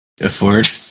afford